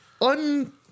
un